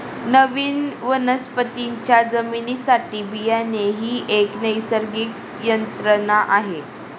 नवीन वनस्पतीच्या जन्मासाठी बियाणे ही एक नैसर्गिक यंत्रणा आहे